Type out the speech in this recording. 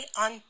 on